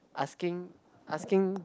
asking asking